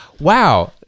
wow